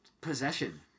possession